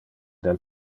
del